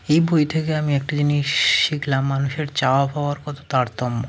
এই বই থেকে আমি একটা জিনিস শিখলাম মানুষের চাওয়া পাওয়ার কত তারতম্য